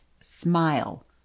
smile